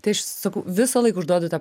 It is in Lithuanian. tai aš sakau visąlaik užduodu tą